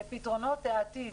לפתרונות העתיד.